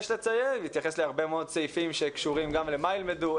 התייחס להרבה מאוד סעיפים שקשורים גם למה ילמדו,